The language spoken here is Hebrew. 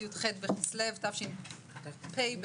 י"ח בכסלו תשפ"ב,